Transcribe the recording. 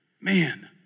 man